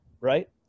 right